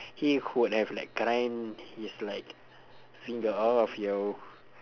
he would have like grind his like finger off yo